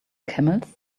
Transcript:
camels